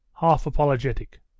half-apologetic